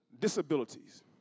Disabilities